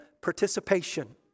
participation